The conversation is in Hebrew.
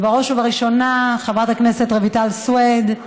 אבל בראש ובראשונה, חברת הכנסת רויטל סויד,